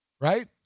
right